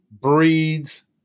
breeds